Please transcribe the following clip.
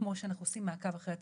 כמו שאנחנו עושים מעקב אחרי התינוקות,